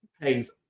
pays